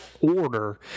order